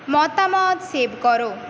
মতামত সেভ করো